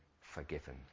forgiven